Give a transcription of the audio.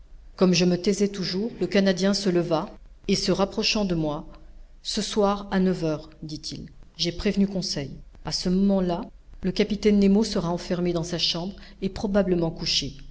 comme je me taisais toujours le canadien se leva et se rapprochant de moi ce soir à neuf heures dit-il j'ai prévenu conseil a ce moment-là le capitaine nemo sera enfermé dans sa chambre et probablement couché